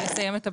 לסיים את הבדיקה?